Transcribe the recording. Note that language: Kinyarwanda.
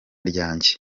ryanjye